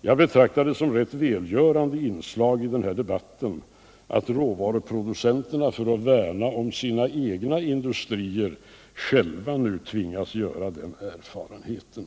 Jag betraktar det som ett rätt välgörande inslag i den här debatten att råvaruproducenterna för att Finansdebatt Finansdebatt värna om sina egna industrier nu själva tvingas göra den erfarenheten.